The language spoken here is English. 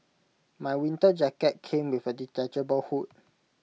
my winter jacket came with A detachable hood